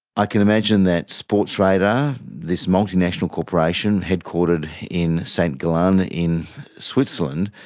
i can imagine that sportradar, this multinational corporation headquartered in st gallen in switzerland,